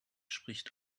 spricht